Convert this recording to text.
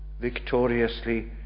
victoriously